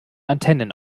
antennen